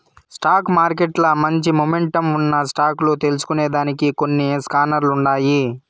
stock మార్కెట్ల మంచి momentum ఉన్న స్టాక్ లు తెల్సుకొనేదానికి కొన్ని స్కానర్లుండాయి